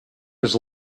his